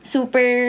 Super